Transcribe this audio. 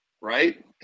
right